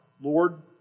Lord